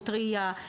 ראייה,